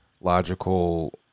logical